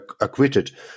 acquitted